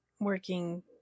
working